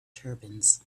turbans